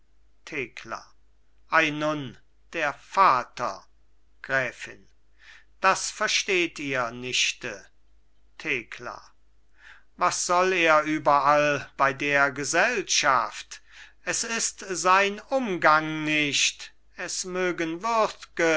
thekla ei nun der vater gräfin das versteht ihr nichte thekla was soll er überall bei der gesellschaft es ist sein umgang nicht es mögen